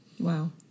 Wow